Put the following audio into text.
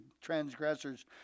transgressors